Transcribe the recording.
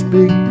big